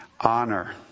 honor